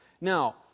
Now